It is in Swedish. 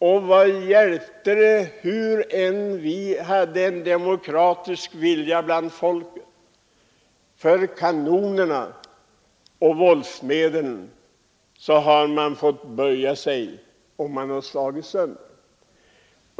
Och vad hjälpte det vilken demokratisk vilja som än fanns bland folket? För kanonerna och våldsmedlen har man fått böja sig, och man har slagits sönder.